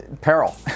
peril